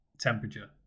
temperature